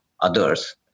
others